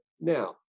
Now